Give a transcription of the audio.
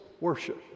worship